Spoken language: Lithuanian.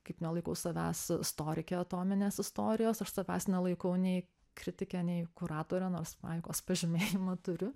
kaip nelaikau savęs istorike atominės istorijos aš savęs nelaikau nei kritike nei kuratore nors aikos pažymėjimą turiu